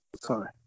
Sorry